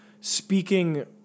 speaking